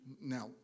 Now